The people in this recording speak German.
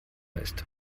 ist